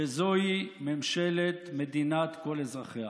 שזוהי ממשלת מדינת כל אזרחיה.